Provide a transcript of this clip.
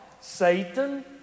Satan